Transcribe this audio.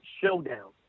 showdown